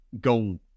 go